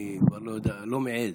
אני כבר לא יודע, לא מעז.